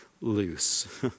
loose